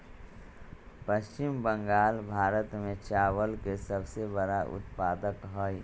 पश्चिम बंगाल भारत में चावल के सबसे बड़ा उत्पादक हई